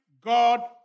God